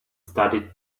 studied